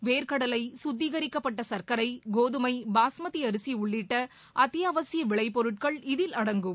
வேர்க்கடலை கத்திகரிக்கப்பட்ட சர்க்கரை கோதுமை பாகமதி அரிசி உள்ளிட்ட அத்தியாவசிய விளை பொருட்கள் இதில் அடங்கும்